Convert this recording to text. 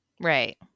Right